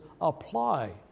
apply